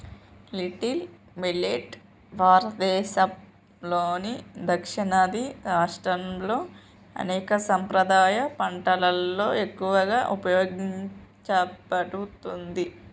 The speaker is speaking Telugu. లిటిల్ మిల్లెట్ భారతదేసంలోని దక్షిణాది రాష్ట్రాల్లో అనేక సాంప్రదాయ పంటలలో ఎక్కువగా ఉపయోగించబడుతుంది